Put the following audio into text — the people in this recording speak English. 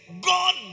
God